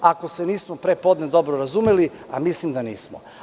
Ako se nismo pre podne dobro razumeli, a mislim da nismo.